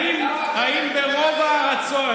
האם ברוב הארצות,